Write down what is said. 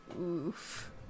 Oof